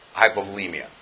hypovolemia